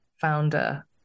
founder